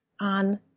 on